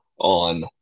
on